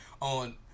on